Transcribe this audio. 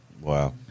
Wow